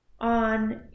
on